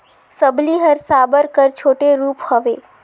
सबली हर साबर कर छोटे रूप हवे